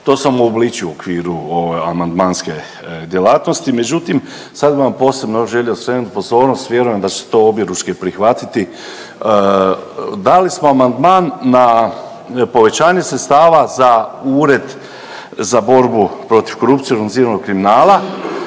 To sam uobličio u okviru ove amandmanske djelatnosti. Međutim, sad bih vam posebno još želio skrenuti pozornost, vjerujem da ćete to objeručke prihvatiti. Dali smo amandman na povećanje sredstava za ured za borbu protiv korupcije, organiziranog kriminala.